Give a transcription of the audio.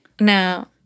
Now